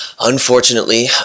unfortunately